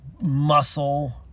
muscle